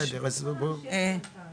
שכל הבינוי של המשולש הזה של ה-80 יחידות דיור